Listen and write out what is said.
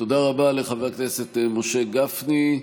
תודה רבה לחבר הכנסת משה גפני.